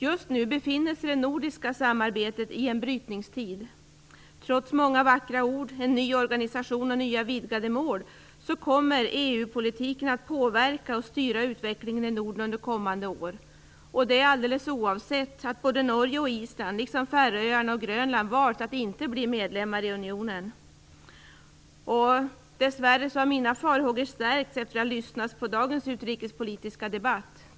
Just nu befinner sig det nordiska samarbetet i en brytningstid. Trots många vackra ord, en ny organisation och nya vidgade mål, kommer EU-politiken att påverka och styra utvecklingen i Norden under kommande år. Det kommer den att göra oavsett att både Norge och Island, liksom Färöarna och Grönland, valt att inte bli medlemmar i unionen. Mina farhågor har dess värre stärkts efter att jag lyssnat på dagens utrikespolitiska debatt.